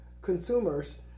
consumers